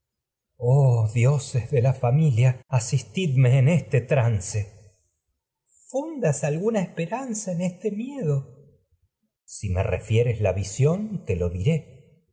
oh dioses de la familia asistidme en este trance crisótemis fundas alguna esperanza en este miedo electra si me refieres la visión te lo diré